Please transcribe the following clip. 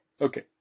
Okay